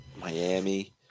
Miami